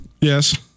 Yes